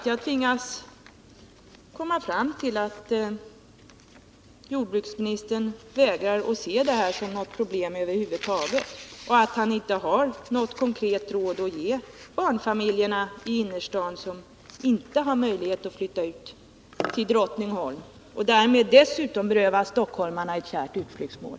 Jag tvingas alltså konstatera att jordbruksministern över huvud taget vägrar att se det här som något problem och att han inte har något konkret råd att ge de barnfamiljer i innerstaden som inte har möjlighet att flytta ut till Drottningholm — genom den flyttningen berövar man f. ö. stockholmarna ett kärt utflyktsmål.